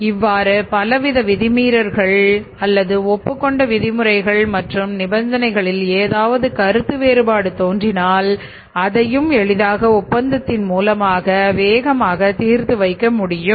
இவ்வாறு பலவித விதிமீறல்கள் அல்லது ஒப்புக்கொண்ட விதிமுறைகள் மற்றும் நிபந்தனைகளில் ஏதாவது கருத்து வேறுபாடு தோன்றினால் அதையும் எளிதாக ஒப்பந்தத்தின் மூலமாக வேகமாக தீர்த்து வைக்க முடியும்